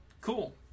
cool